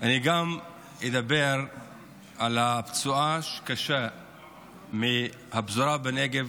גם אני אדבר על הפצועה הקשה מהפזורה בנגב,